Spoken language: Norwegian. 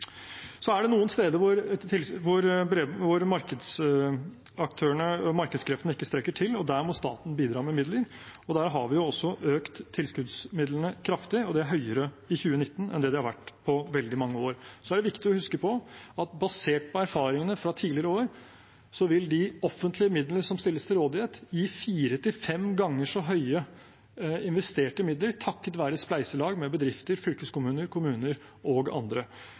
Så er det noen steder hvor markedskreftene ikke strekker til, og der må staten bidra med midler. Vi har også økt tilskuddsmidlene kraftig, og de er høyere i 2019 enn de har vært på veldig mange år. Det er viktig å huske på at basert på erfaringene fra tidligere år vil de offentlige midlene som stilles til rådighet, gi fire til fem ganger så mye investerte midler, takket være spleiselag med bedrifter, fylkeskommuner, kommuner og andre.